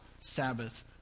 Sabbath